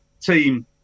team